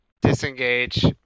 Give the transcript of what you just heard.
disengage